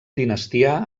dinastia